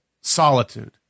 solitude